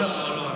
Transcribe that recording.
עם המזכירות.